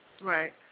Right